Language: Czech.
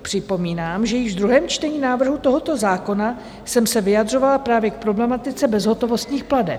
Připomínám, že již v druhém čtení návrhu tohoto zákona jsem se vyjadřovala právě k problematice bezhotovostních plateb.